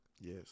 Yes